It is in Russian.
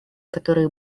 которые